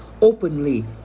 openly